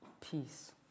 Peace